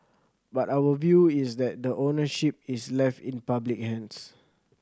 but our view is that the ownership is left in public hands